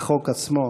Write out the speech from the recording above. החוק עצמו,